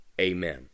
amen